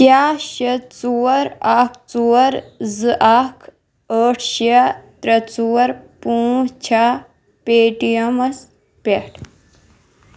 کیٛاہ شےٚ ژور اکھ ژور زٕ اکھ ٲٹھ شےٚ ترٛےٚ ژور پانٛژھ چھا پے ٹی ایٚمس پٮ۪ٹھ؟